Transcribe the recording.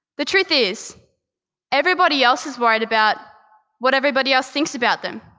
the truth is everybody else is worried about what everybody else thinks about them.